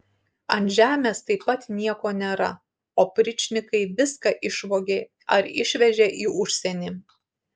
ant žemės taip pat nieko nėra opričnikai viską išvogė ar išvežė į užsienį